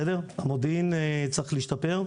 המודיעין צריך להשתפר.